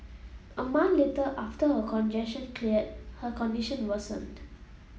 a month later after her congestion cleared her condition worsened